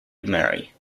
marry